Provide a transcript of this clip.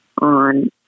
on